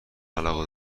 علاقه